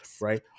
Right